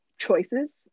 choices